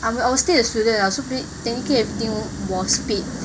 I'm I'm still a student uh so tec~ technically everything was paid